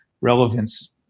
relevance